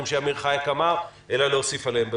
שאמיר חייק אמר אלא להוסיף עליהם.